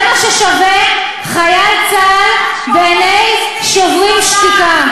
זה מה ששווה חייל צה"ל בעיני "שוברים שתיקה".